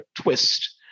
twist